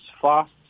fast